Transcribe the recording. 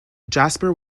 jasper